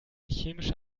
chemische